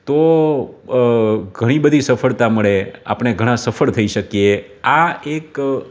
તો ઘણી બધી સફળતા મળે આપણે ઘણાં સફળ થઈ શકીએ આ એક